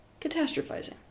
Catastrophizing